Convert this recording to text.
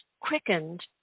quickened